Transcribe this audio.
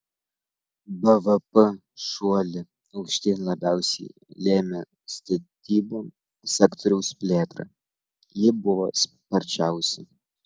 bvp šuolį aukštyn labiausiai lėmė statybų sektoriaus plėtra ji buvo sparčiausia